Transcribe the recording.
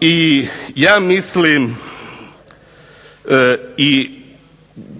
i ja mislim i